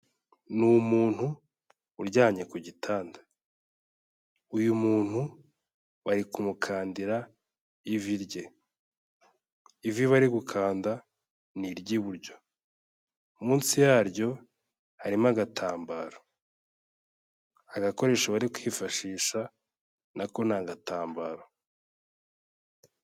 Ni umuntu uryamye ku gitanda uyu muntu bari kumukandira ivi rye, ivi bari gukanda ni iry'iburyo, munsi yaryo harimo agatambaro, agakoresho bari kwifashisha na ko ni agatambaro.